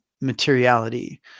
materiality